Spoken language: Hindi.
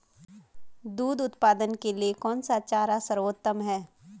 दूध उत्पादन के लिए कौन सा चारा सर्वोत्तम है?